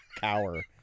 cower